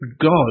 God